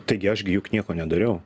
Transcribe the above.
taigi aš gi juk nieko nedariau